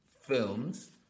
films